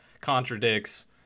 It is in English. contradicts